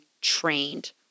trained